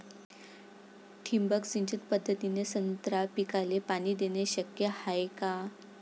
ठिबक सिंचन पद्धतीने संत्रा पिकाले पाणी देणे शक्य हाये का?